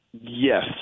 Yes